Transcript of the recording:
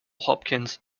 hopkins